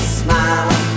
smile